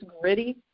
gritty